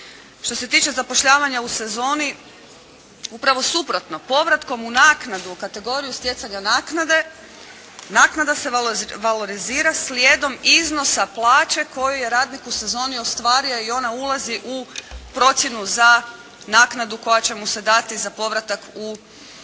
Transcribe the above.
Što se tiče zapošljavanja u sezoni, upravo suprotno. Povratkom u naknadu u kategoriju stjecanja naknade, naknada se valorizira slijedom iznosa plaće koju je radnik u sezoni ostvario i on ne ulazi u procjenu za naknadu koja će mu se dati za povratak u kategoriju